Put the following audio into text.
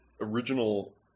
original